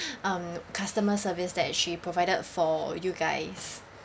um customer service that she provided for you guys